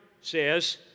says